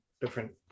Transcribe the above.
different